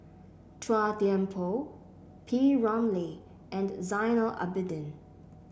Chua Thian Poh P Ramlee and Zainal Abidin